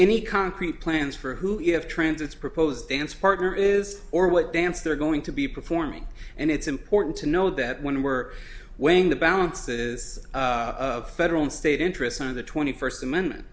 any concrete plans for who you have transits proposed dance partner is or what dance they're going to be performing and it's important to know that when we're weighing the balances of federal and state interest on the twenty first amendment